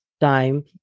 time